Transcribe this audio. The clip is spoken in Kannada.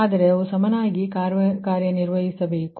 ಆದರೆ ಅವು ಸಮನಾಗಿ ಕಾರ್ಯನಿರ್ವಹಿಸಬೇಕು